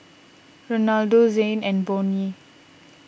Renaldo Zhane and Bonny